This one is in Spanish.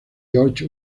george